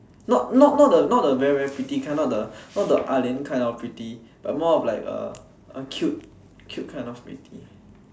not not not not the very very pretty kind not the not the ah-lian kind of pretty but more of like a a cute cute kind of pretty